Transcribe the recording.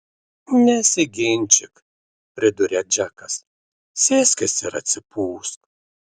nesiginčyk priduria džekas sėskis ir atsipūsk